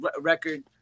record